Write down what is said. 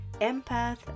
empath